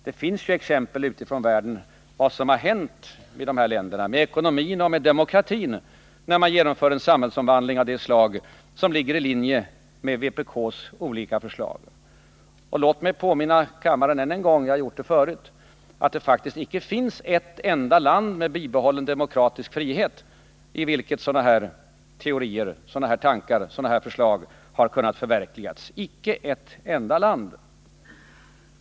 Det finns ju exempel utifrån världen på vad som har hänt med ekonomin och med demokratin i de länder där man har genomfört en samhällsomvandling av det slag som ligger i linje med vpk:s olika förslag. Låt mig än en gång — jag har gjort det förut — påminna kammaren om att det faktiskt inte finns ett enda land med bibehållen demokratisk frihet, i vilket sådana här teorier, tankar och förslag har kunnat förverkligas. Inte ett enda land!